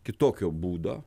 kitokio būdo